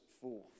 forth